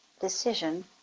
decision